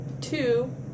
two